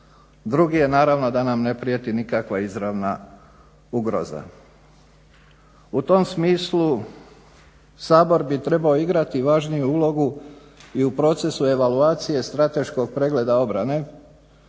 Drugi je naravno da nam ne prijeti nikakva izravna ugroza. U tom smislu Sabor bi trebao igrati i važniju ulogu u procesu evaluacije strateškog pregleda obrane.